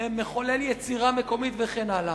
מחולל יצירה מקומית וכן הלאה.